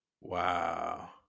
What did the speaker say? Wow